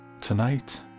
tonight